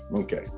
Okay